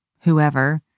whoever